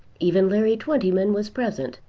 even larry twentyman was present,